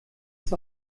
das